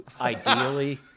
ideally